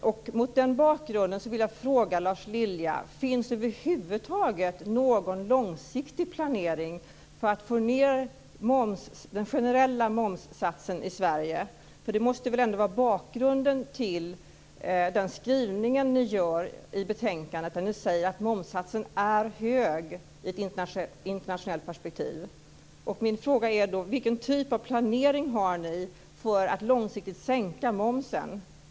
Mot den bakgrunden vill jag fråga Lars Lilja: Finns det över huvud taget någon långsiktig planering för att få ned den generella momssatsen i Sverige? Det måste väl ändå vara bakgrunden till den skrivning ni gör i betänkandet där ni säger att momssatsen är hög i ett internationellt perspektiv. Min fråga är alltså: Vilken typ av planering har ni för att långsiktigt sänka momsen?